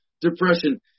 depression